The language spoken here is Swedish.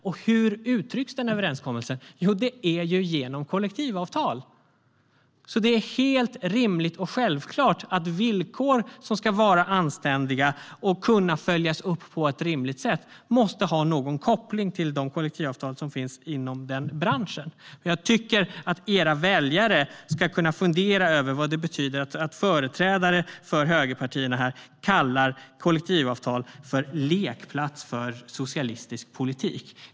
Och hur uttrycks denna överenskommelse? Jo, genom kollektivavtal. Det är helt rimligt och självklart att villkor som ska vara anständiga och kunna följas upp på ett rimligt sätt måste ha någon koppling till de kollektivavtal som finns inom branschen. Jag tycker att högerpartiernas väljare ska kunna fundera över vad det betyder att företrädare för dessa partier kallar kollektivavtal för en lekplats för socialistisk politik.